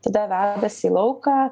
tada vedasi į lauką